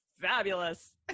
fabulous